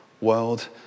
world